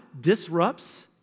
disrupts